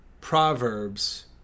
Proverbs